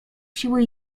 siły